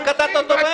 אתה קטעת אותו.